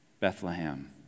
Bethlehem